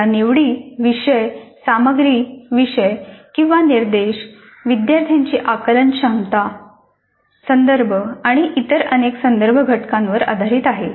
या निवडी विषय सामग्री विषय किंवा निर्देश विद्यार्थ्यांची आकलन क्षमता संदर्भ आणि इतर अनेक संदर्भ घटकांवर आधारित आहेत